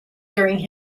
during